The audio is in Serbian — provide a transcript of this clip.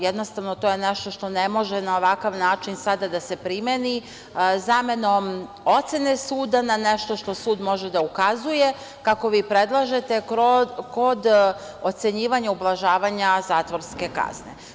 Jednostavno, to je nešto što ne može na ovakav način sada da se primeni zamenom ocene suda na nešto što sud može da ukazuje, kako vi predlažete, kod ocenjivanja ublažavanja zatvorske kazne.